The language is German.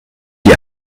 die